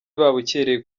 babukereye